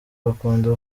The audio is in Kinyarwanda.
bakunda